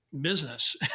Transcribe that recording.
business